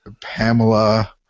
Pamela